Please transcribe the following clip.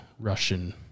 Russian